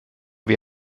wir